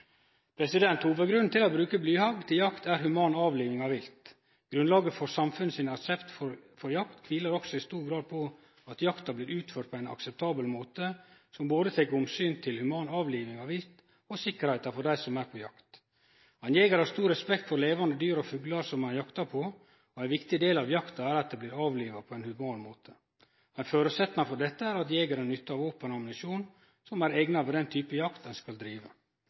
til å bruke blyhagl til jakt er human avliving av viltet. Grunnlaget for samfunnet sin aksept for jakt kviler også i stor grad på at jakta blir utført på ein akseptabel måte som både tek omsyn til human avliving av viltet og sikkerheita for dei som er på jakt. Ein jeger har stor respekt for levande dyr og fuglar som ein jaktar på, og ein viktig del av jakta er at dei blir avliva på ein human måte. Ein føresetnad for dette er at jegeren nyttar våpen og ammunisjon som er eigna for den type jakt ein skal